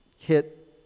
hit